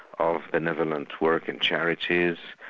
of benevolent work and charities,